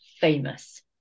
famous